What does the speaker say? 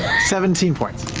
seventeen points.